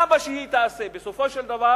כמה שהיא תעשה, בסופו של דבר